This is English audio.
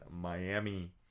Miami